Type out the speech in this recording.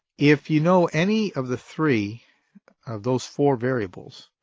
if you know any of the three of those four variables,